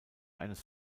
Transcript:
eines